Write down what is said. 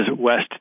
west